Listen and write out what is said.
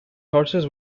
horses